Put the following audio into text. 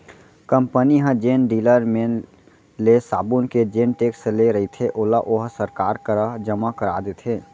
company ह जेन dealer मेर ले साबून के जेन टेक्स ले रहिथे ओला ओहा सरकार करा जमा करा देथे